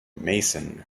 mason